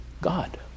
God